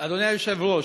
אדוני היושב-ראש,